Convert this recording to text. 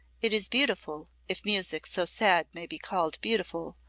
it is beautiful, if music so sad may be called beautiful,